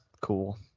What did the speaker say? cool